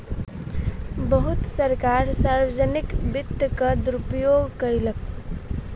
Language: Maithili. बहुत सरकार सार्वजनिक वित्तक दुरूपयोग कयलक